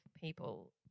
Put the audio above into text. people